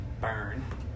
burn